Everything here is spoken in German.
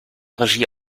regie